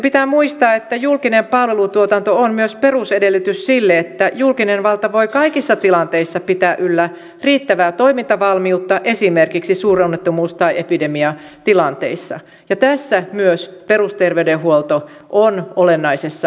pitää muistaa että julkinen palvelutuotanto on myös perusedellytys sille että julkinen valta voi kaikissa tilanteissa pitää yllä riittävää toimintavalmiutta esimerkiksi suuronnettomuus tai epidemiatilanteissa ja tässä myös perusterveydenhuolto on olennaisessa asemassa